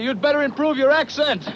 you'd better improve your accent